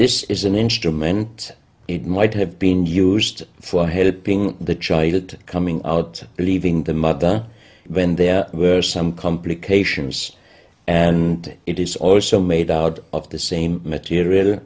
this is an instrument it might have been used for helping the child coming out leaving the mother when there were some complications and it is also made out of the same material